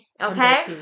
Okay